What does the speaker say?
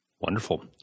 Wonderful